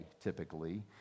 typically